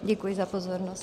Děkuji za pozornost.